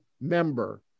member